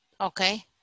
Okay